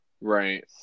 Right